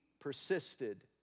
persisted